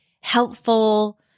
helpful